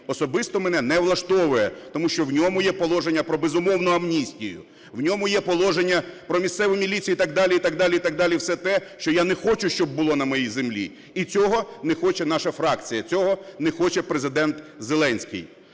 особисто мене не влаштовує, тому що в ньому є положення про безумовну амністію, в ньому є положення про місцеву міліції і так далі, і так далі, і так далі – все те, що я не хочу, щоб було на моїй землі. І цього не хоче наша фракція. Цього не хоче Президент Зеленський.